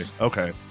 okay